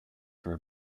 were